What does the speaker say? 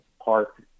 park